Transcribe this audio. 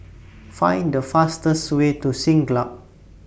Find The fastest Way to Siglap